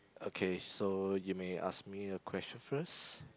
okay so you may ask me a question first